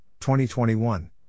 2021